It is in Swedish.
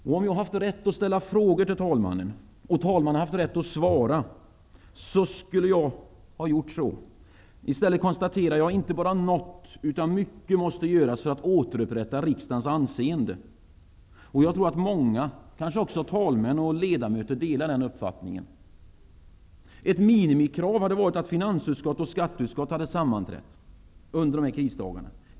Om jag hade haft rätt att ställa frågor till talmannen och talmannen hade haft rätt att svara, så skulle jag ställt frågor. I stället konstaterar jag: Inte bara något, utan mycket måste göras för att återupprätta riksdagens anseende. Jag tror att många, kanske också talmän och ledamöter, delar denna uppfattning. Ett minimikrav hade varit att finansutskottet och skatteutskottet hade sammanträtt under dessa krisdagar.